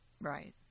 right